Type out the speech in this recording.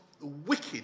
wicked